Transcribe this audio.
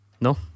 No